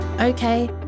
Okay